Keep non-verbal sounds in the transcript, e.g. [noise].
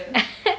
[laughs]